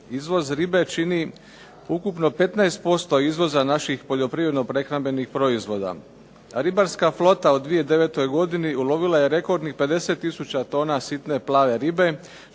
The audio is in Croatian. Izvoz ribe čini ukupno 15% izvoza naših poljoprivredno-prehrambenih proizvoda. Ribarska flota u 2009. godini ulovila je rekordnih 50 tisuća tona sitne plave ribe,